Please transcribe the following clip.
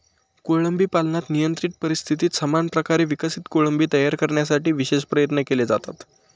कोळंबी पालनात नियंत्रित परिस्थितीत समान प्रकारे विकसित कोळंबी तयार करण्यासाठी विशेष प्रयत्न केले जातात